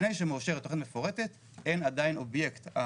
לפני שמאושרת תכנית מפורטת אין עדיין אובייקט.